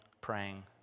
praying